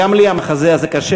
גם לי המחזה הזה קשה,